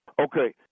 Okay